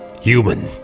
human